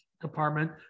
department